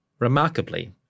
Remarkably